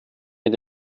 mit